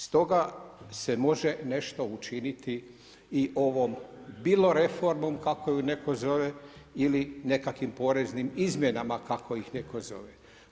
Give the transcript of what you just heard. Stoga se može nešto učiniti i ovom, bilo reformom kako ju netko zove ili nekakvim poreznim izmjenama kako ih netko zove.